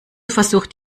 versucht